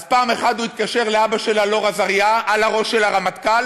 אז פעם אחת הוא התקשר לאבא של אלאור אזריה על הראש של הרמטכ"ל,